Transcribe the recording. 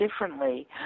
differently